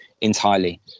entirely